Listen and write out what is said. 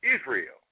Israel